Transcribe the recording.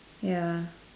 ya